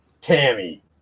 Tammy